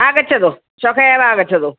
आगच्छतु श्वः एव आगच्छतु